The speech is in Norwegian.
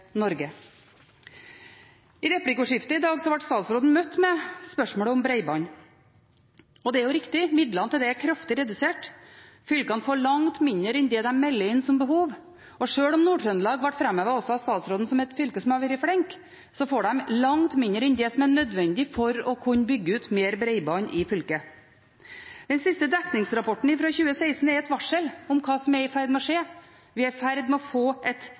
Norge. I replikkordskiftet i dag ble statsråden møtt med spørsmål om bredbånd. Og det er riktig, midlene til det er kraftig redusert. Fylkene får langt mindre enn det de melder inn som behov. Sjøl om Nord-Trøndelag ble framhevet av statsråden som et fylke som har vært flinkt, får de langt mindre enn det som er nødvendig for å kunne bygge ut mer bredbånd i fylket. Den siste dekningsrapporten, fra 2016, er et varsel om hva som er i ferd med å skje. Vi er i ferd med å få et